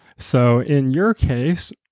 so in your case,